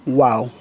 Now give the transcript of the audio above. wow